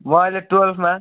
म अहिले टुवेल्भमा